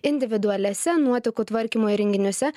individualiuose nuotekų tvarkymo įrenginiuose